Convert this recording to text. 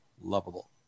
lovable